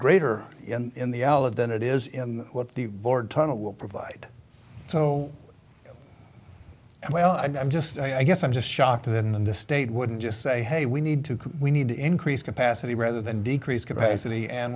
greater in the olive than it is in what the board tunnel will provide so well i'm just i guess i'm just shocked in the state wouldn't just say hey we need to we need to increase capacity rather than decrease capacity and